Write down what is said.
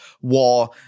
war